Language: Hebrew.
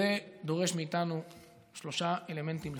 זה דורש מאיתנו שלושה אלמנטים לפחות,